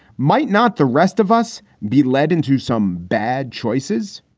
might not the rest of us be led into some bad choices?